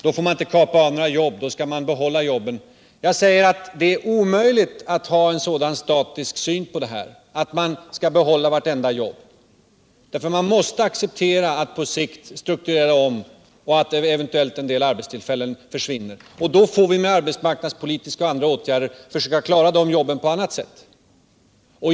Då får man inte kapa av några jobb, då skall man behålla jobben, sägs det. Jag säger att det är omöjligt att ha en sådan statisk syn på detta, och att man inte kan behålla vartenda jobb. Man måst acceptera att på sikt strukturera om och att eventuellt en del arbetstillfällen försvinner. Då får vi med arbetsmarknadspolitiska och andra åtgärder försöka klara de jobben på annat sätt!